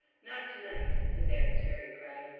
not to-night his adversary cried.